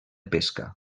pesca